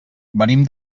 venim